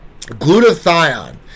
glutathione